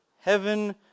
Heaven